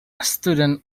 student